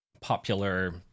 popular